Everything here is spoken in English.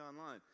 online